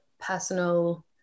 personal